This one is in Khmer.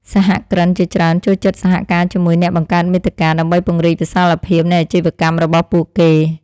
សហគ្រិនជាច្រើនចូលចិត្តសហការជាមួយអ្នកបង្កើតមាតិកា ដើម្បីពង្រីកវិសាលភាពនៃអាជីវកម្មរបស់ពួកគេ។